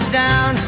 down